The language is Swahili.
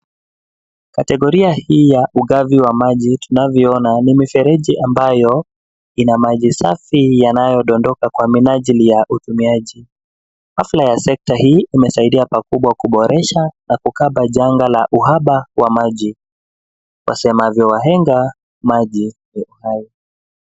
Kategoria hii ya ugavi wa maji tunavyo ona ni mifereji ambayo ina maji safi inayo dondoka kwa minajili ya utumiaji. Hafla ya sekta hii husaidia pakubwa kuboresha na kukaba janga uhaba wa maji, wasemvyo wahenga maji ni uhai.